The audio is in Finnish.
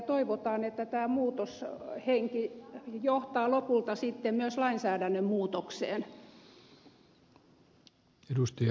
toivotaan että tämä muutoshenki johtaa lopulta sitten myös lainsäädännön muutokseen